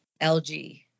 LG